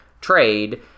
trade